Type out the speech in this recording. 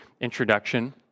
introduction